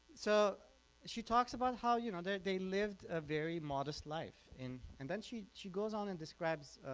so she talks about how you know that they lived a very modest life and and then she she goes on and describes,